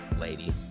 lady